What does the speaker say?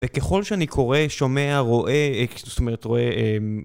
וככל שאני קורא, שומע, רואה, אה זאת אומרת רואה אמ...